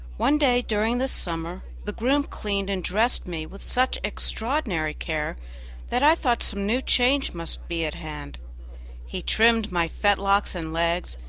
one day during this summer the groom cleaned and dressed me with such extraordinary care that i thought some new change must be at hand he trimmed my fetlocks and legs,